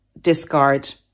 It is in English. discard